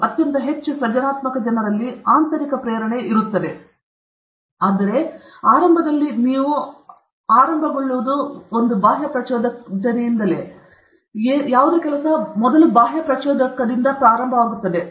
ಅತ್ಯಂತ ಹೆಚ್ಚು ಸೃಜನಾತ್ಮಕ ಜನರಲ್ಲಿ ಬಿ ಅಷ್ಟು ಮುಖ್ಯವಲ್ಲ ಆದರೆ ಆರಂಭದಲ್ಲಿ ನೀವು ಆರಂಭಗೊಳ್ಳುವಿರಿ ಆರಂಭದಲ್ಲಿ ನೀವು ಬಾಹ್ಯ ಪ್ರಚೋದಕದಿಂದ ಪ್ರಾರಂಭವಾಗುತ್ತೀರಿ